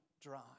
dry